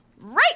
right